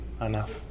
enough